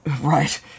right